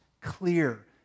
clear